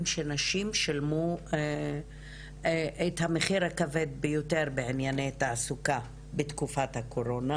שנשים שילמו את המחיר הכבד ביותר בענייני תעסוקה בתקופת הקורונה.